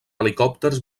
helicòpters